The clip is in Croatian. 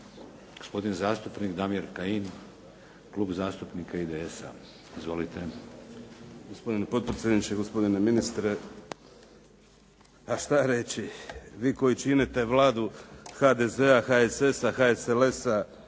gospodin zastupnik Damir Kajin, Klub zastupnika IDS-a. Izvolite. **Kajin, Damir (IDS)** Gospodine potpredsjedniče, gospodine ministre. A šta reći? Vi koji činite Vladu HDZ-a, HSS-a, HSLS-a,